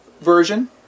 version